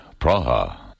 Praha